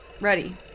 Ready